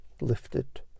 lifted